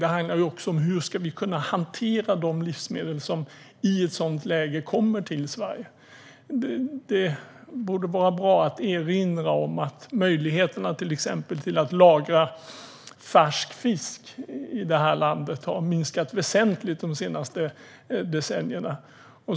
Det handlar också om hur vi ska kunna hantera de livsmedel som i ett sådant läge kommer till Sverige. Det kan vara bra att erinra sig att möjligheterna att lagra till exempel färsk fisk i det här landet har minskat väsentligt de senaste decennierna.